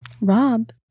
Rob